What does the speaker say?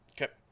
Okay